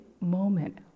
moment